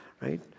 right